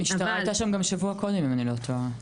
המשטרה הייתה שם גם שבוע קודם, אם אני לא טועה,